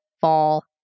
fall